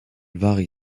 varie